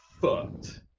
fucked